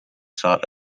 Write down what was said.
sought